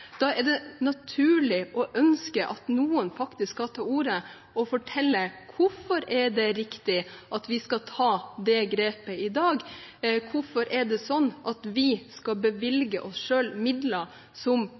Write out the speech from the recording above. Da er det naturlig å ønske at noen faktisk tar til orde og forteller hvorfor det er riktig at vi skal ta det grepet i dag, hvorfor det er sånn at vi skal bevilge oss selv midler som